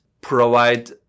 provide